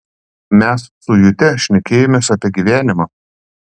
mes su jute šnekėjomės apie gyvenimą